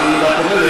אני רק אומר,